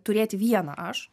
turėt vieną aš